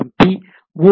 B ஓ